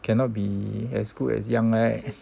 cannot be as good as young right